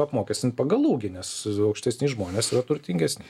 apmokestint pagal ūgį nes aukštesni žmonės yra turtingesni